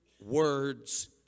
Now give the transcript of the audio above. words